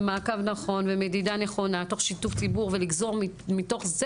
ומעקב נכון ומדידה נכונה תוך שיתוף ציבור ולגזור מזה